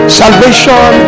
salvation